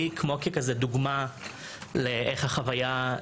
כמו שאנחנו שומעים מראשי הצבא,